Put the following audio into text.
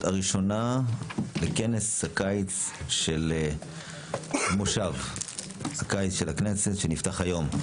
הראשונה לכנס הקיץ של מושב הקיץ של הכנסת שנפתח היום.